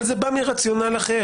אבל זה בא מרציונל אחר.